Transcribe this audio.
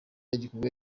igikorwa